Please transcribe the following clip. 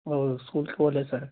O school college sir